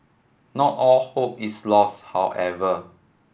not all hope is lost however